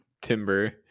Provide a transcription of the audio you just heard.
timber